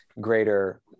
greater